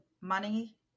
money